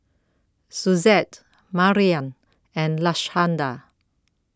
Suzette Marian and Lashanda